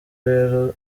rero